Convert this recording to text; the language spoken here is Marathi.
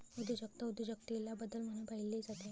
उद्योजकता उद्योजकतेला बदल म्हणून पाहिले जाते